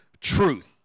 truth